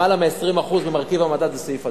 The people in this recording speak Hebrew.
למעלה מ-20% ממרכיב המדד הוא סעיף הדיור.